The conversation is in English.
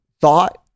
thought